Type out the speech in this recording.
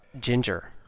Ginger